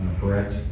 correct